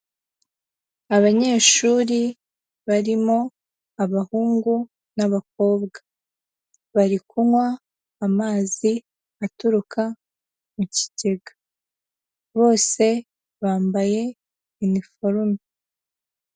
Abanyeshuri barimo abahungu n'abakobwa, bari kunywa amazi aturuka mu kigega, bose bambaye iniforume.